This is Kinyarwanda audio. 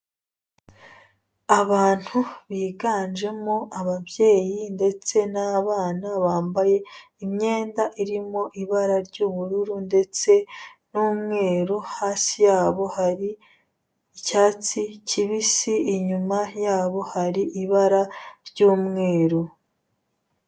Abantu biganjemo ababyeyi ndetse n'abana, bambaye imyenda irimo ibara ry'ubururu ndetse n'umweru, hasi yabo hari icyatsi kibisi, inyuma yabo hari ibara ry'umweru.